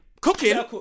Cooking